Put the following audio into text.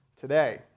today